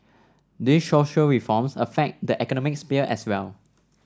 these social reforms affect the economic sphere as well